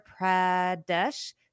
Pradesh